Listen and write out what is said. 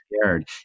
scared